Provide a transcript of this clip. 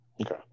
Okay